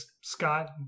Scott